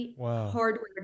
hardware